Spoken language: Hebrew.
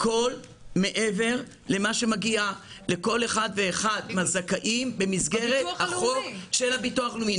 הכול מעבר למה שמגיע לכל אחד ואחד מן הזכאים במסגרת חוק הביטוח הלאומי.